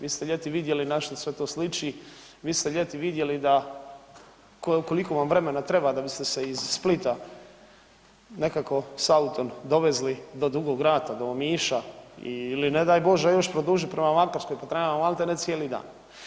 Vi ste ljeti vidjeli na šta sve to sliči, vi ste ljeti vidjeli da koliko vam vremena treba da biste se iz Splita nekako s autom dovezli do Dugog Rata, do Omiša ili ne daj Bože, još produžiti prema Makarskoj, pa treba vam, maltene cijeli dan.